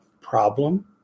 Problem